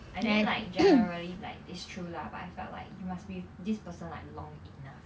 I mean like generally like it's true lah but I felt like you must be with this person like long enough